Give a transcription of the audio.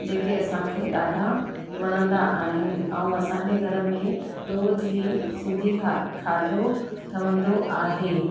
जेके असांखे ॾाढा वणंदा आहिनि ऐं असांजे घर में रोज़ ई सिंधी खा खाधो ठहंदो आहे